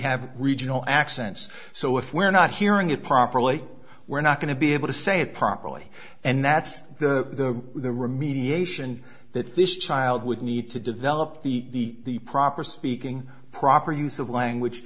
have regional accents so if we're not hearing it properly we're not going to be able to say it properly and that's the remediation that this child would need to develop the proper speaking proper use of language